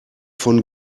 von